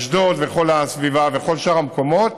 אשדוד וכל הסביבה וכל שאר המקומות,